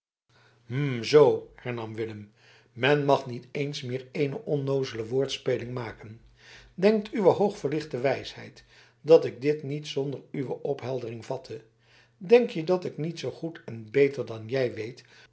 hm zoo hernam willem men mag niet eens meer een onnoozele woordspeling maken denkt uwe hoogverlichte wijsheid dat ik dit niet zonder uwe opheldering vatte denkje dat ik niet zoo goed en beter dan gij weet